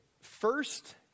first